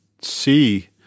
see